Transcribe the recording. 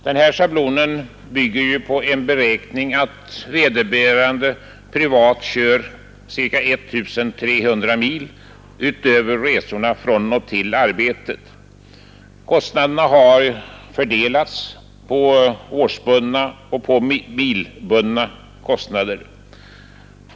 Den schablonen bygger på en beräkning att vederbörande privat kör ca I 300 mil utöver resorna till och från arbetet. Kostnaderna har fördelats på årsbundna och bilbundna kostnader.